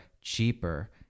cheaper